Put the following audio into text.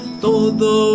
todo